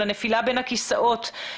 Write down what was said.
לנפילה בין הכיסאות,